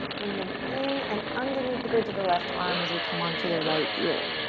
bring them in and underneath the bridge of the left arm as we come onto the right ear.